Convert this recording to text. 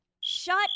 Shut